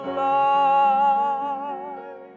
life